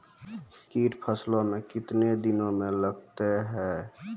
कीट फसलों मे कितने दिनों मे लगते हैं?